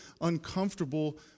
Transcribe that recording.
uncomfortable